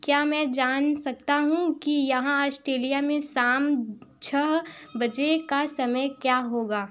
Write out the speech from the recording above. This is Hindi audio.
क्या मैं जान सकता हूँ कि यहाँ आस्टेलिया में शाम छः बजे का समय क्या होगा